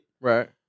right